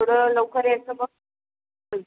थोडं लवकर यायचं बघ